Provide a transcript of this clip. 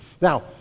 Now